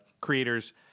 creators